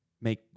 make